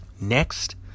next